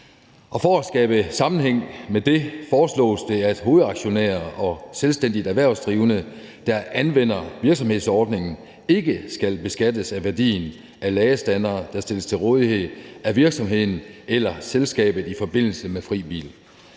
for at skabe sammenhæng med det foreslås det, at hovedaktionærer og selvstændige erhvervsdrivende, der anvender virksomhedsordningen, ikke skal beskattes af værdien af ladestandere, der stilles til rådighed af virksomheden eller selskabet i forbindelse med fri bil.